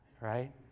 right